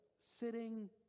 sitting